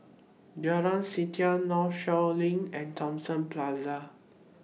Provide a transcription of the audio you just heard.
Jalan Setia Northshore LINK and Thomson Plaza